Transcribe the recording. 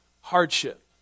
hardship